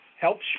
helps